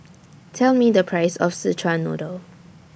Tell Me The Price of Szechuan Noodle